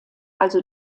also